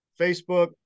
Facebook